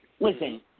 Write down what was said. Listen